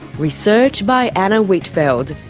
research by anna whitfeld,